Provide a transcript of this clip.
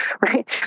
right